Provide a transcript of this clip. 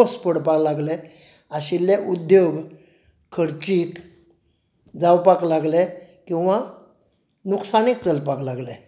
ओस पडपा लागले आशिल्ले उद्दोग खर्चीत जावपाक लागले किंवा नुकसानींत चलपाक लागले